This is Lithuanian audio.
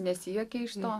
nesijuokia iš to